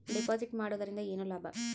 Deposit ಮಾಡುದರಿಂದ ಏನು ಲಾಭ?